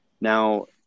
Now